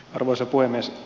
arvoisa puhemies